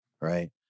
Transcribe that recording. right